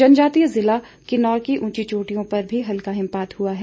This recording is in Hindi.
जनजातीय जिला किन्नौर की उंची चोटियों पर भी हल्का हिमपात हुआ है